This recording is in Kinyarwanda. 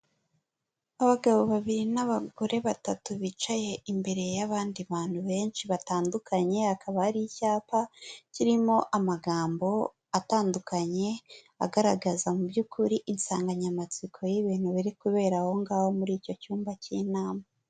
Abagabo babiri n'abagore batatu bicaye imbere y'abandi bantu benshi batandukanye, hakaba ari icyapa kirimo amagambo atandukanye agaragaza mu by'ukuri insanganyamatsiko y'ibintu biri kubera aho ngaho muri icyo cyumba cy'inama.